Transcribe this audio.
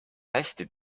hästi